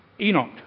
Enoch